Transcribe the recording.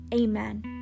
Amen